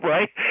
Right